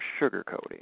sugarcoating